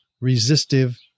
resistive